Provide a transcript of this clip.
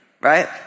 right